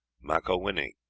makowini.